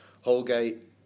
Holgate